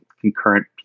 concurrent